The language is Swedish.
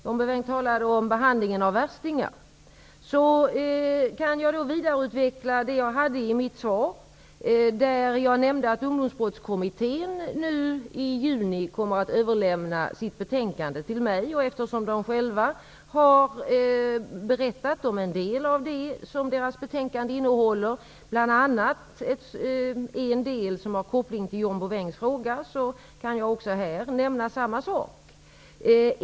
När det gäller behandlingen av unga kan jag vidareutveckla det jag sade i mitt svar. Där nämnde jag att Ungdomsbrottskommittén nu i juni kommer att överlämna sitt betänkande till mig. Eftersom de själva har berättat om en del av det som deras betänkande innehåller, bl.a. en del som har koppling till John Bouvins fråga, kan jag även här nämna samma sak.